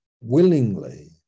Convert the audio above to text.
willingly